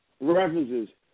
references